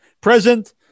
present